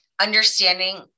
understanding